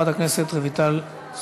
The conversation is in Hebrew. חבר הכנסת עבד אל חכים חאג' יחיא,